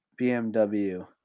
BMW